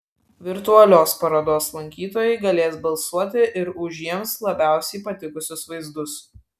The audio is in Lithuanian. virtualios parodos lankytojai galės balsuoti ir už jiems labiausiai patikusius vaizdus